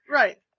right